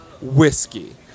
Whiskey